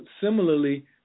similarly